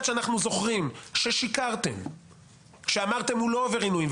שאנחנו זוכרים ששיקרתם כשאמרתם הוא לא עובר עינויים,